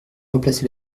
replacer